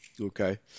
Okay